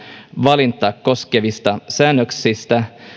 valintaa koskevista säännöksistä